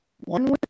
one